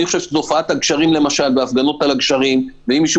אני חושב שתופעת ההפגנות על הגשרים או אם מישהו